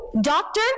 Doctor